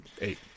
Eight